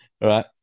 right